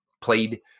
played